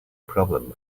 problem